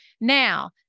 Now